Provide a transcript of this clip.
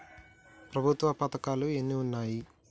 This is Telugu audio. ప్రభుత్వ పథకాలు ఎన్ని ఉన్నాయి?